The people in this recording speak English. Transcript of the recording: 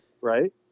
Right